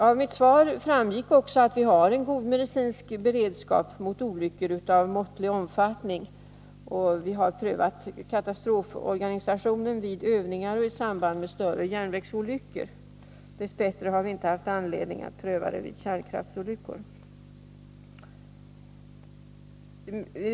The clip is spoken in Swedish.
Av mitt svar framgick också att vi har en god medicinsk beredskap mot olyckor av måttlig omfattning, och vi har prövat katastroforganisationen vid övningar och i samband med större järnvägsolyckor. Dess bättre har vi inte haft anledning att pröva den vid kärnkraftsolyckor.